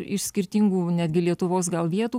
iš skirtingų netgi lietuvos gal vietų